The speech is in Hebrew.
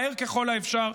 מהר ככל האפשר,